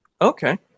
Okay